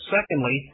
Secondly